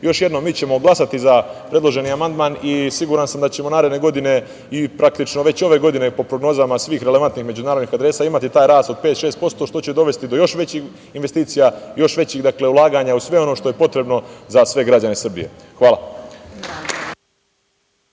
jednom, mi ćemo glasati za predloženi amandman i siguran sam da ćemo naredne godine i praktično, već ove godine po prognozama svih relevantnih međunarodnih adresa imati taj rast od 5-6%, što će dovesti do još većih investicija, još većih ulaganja u sve ono što je potrebno za sve građane Srbije. Hvala.